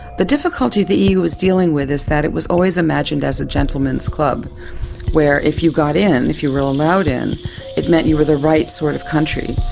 the difficulty the eu was dealing with is that it was always imagined as a gentleman's club where if you got in, if you were allowed in it meant you were the right sort of country,